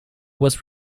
was